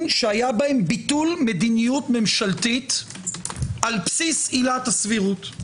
שהיה בהם ביטול מדיניות ממשלתית על בסיס עילת הסבירות,